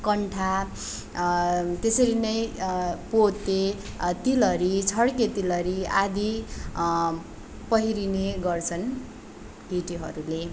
कण्ठ त्यसरी नै पोते तिलहरी छड्के तिलहरी आदि पहिरिने गर्छन् केटीहरूले